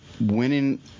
winning